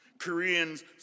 Koreans